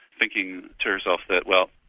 thinking to herself that well,